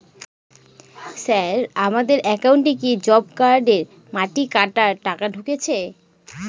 Sir আমার একাউন্টে কি জব কার্ডের মাটি কাটার টাকা ঢুকেছে?